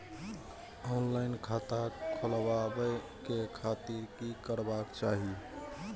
Online खाता खोलाबे के खातिर कि करबाक चाही?